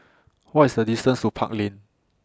What IS The distance to Park Lane